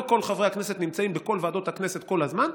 לא כל חברי הכנסת נמצאים בכל ועדות הכנסת כל הזמן.